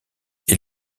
est